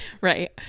Right